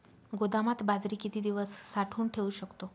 गोदामात बाजरी किती दिवस साठवून ठेवू शकतो?